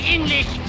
English